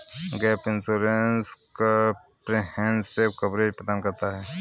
gap insurance comprehensive coverage प्रदान करता है